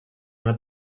anar